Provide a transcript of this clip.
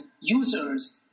users